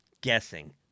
guessing